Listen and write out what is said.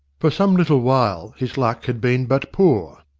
for some little while his luck had been but poor,